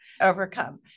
overcome